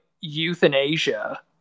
euthanasia